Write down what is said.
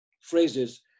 phrases